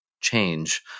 change